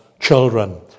children